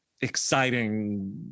exciting